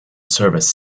service